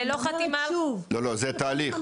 זה תהליך.